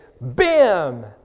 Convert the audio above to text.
bam